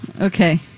Okay